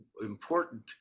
important